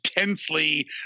intensely